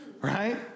Right